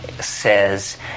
says